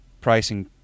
pricing